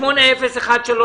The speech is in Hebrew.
פנייה 8013,